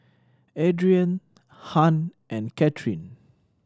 Adrienne Hunt and Kathyrn